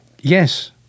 Yes